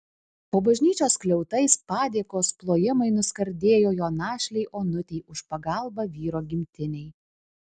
po bažnyčios skliautais padėkos plojimai nuskardėjo jo našlei onutei už pagalbą vyro gimtinei